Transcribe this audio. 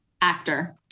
Actor